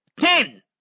Ten